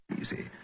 easy